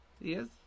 Yes